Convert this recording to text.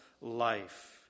life